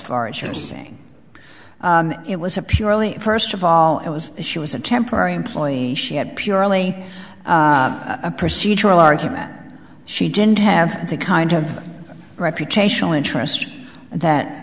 far as you're saying it was a purely first of all it was she was a temporary employee she had purely a procedural argument she didn't have the kind of reputational interest